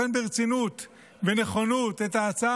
מי שרוצה לנצח בוחן ברצינות ובנכונות את ההצעה